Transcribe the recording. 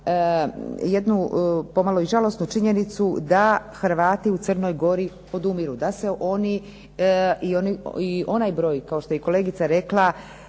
jednu pomalo i žalosnu činjenicu da Hrvati u Crnoj Gori odumiru. I onaj broj koji je kolegica rekla